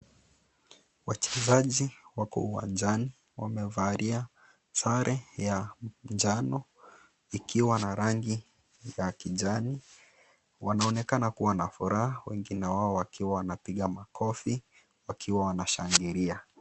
Wachezaji wako uwanjani wamevalia sare ya manjano ikiwa na rangi za kijani, wanaonekana kua na furaha wengine wao wakiwa wanapiga makofi wakiwa wanashangilia.